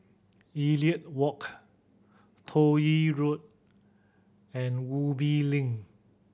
Elliot Walk Toh Yi Road and Ubi Link